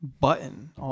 button